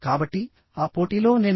కాబట్టి ఆ పోటీలో నేను R